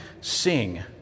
sing